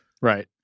right